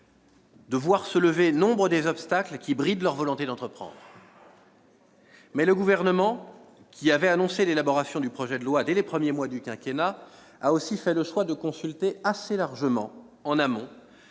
de voir levés nombre des obstacles qui brident leur volonté d'entreprendre. Le Gouvernement, qui avait annoncé l'élaboration du projet de loi dès les premiers mois du quinquennat, a aussi fait le choix de consulter assez largement en amont